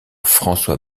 françois